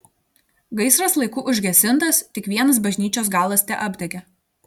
gaisras laiku užgesintas tik vienas bažnyčios galas teapdegė